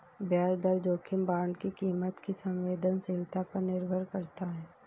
ब्याज दर जोखिम बांड की कीमत की संवेदनशीलता पर निर्भर करता है